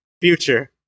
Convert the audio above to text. future